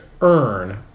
earn